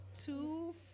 Two